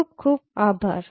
ખુબ ખુબ આભાર